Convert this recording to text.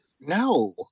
No